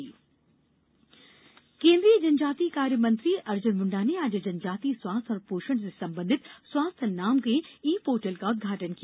ई portal केंद्रीय जनजातीय कार्य मंत्री अर्जुन मुंडा ने आज जनजातीय स्वास्थ्य और पोषण से संबंधित स्वास्थ्य नाम के ई पोर्टल का उदघाटन किया